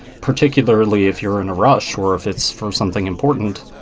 particularly if you're in a rush or if it's for something important,